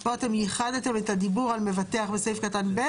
פה אתם ייחדתם את הדיבור על מבטח בסעיף קטן (ב),